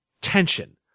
tension